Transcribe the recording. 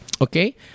okay